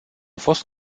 fost